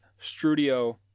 Strudio